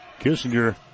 Kissinger